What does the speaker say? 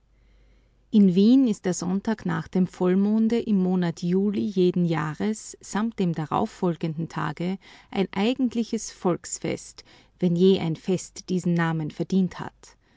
in wien ist der sonntag nach dem vollmonde im monat juli jedes jahres samt dem darauffolgenden tage ein eigentliches volksfest wenn je ein fest diesen namen verdient hat